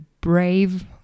brave